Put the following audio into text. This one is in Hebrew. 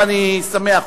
ואני שמח.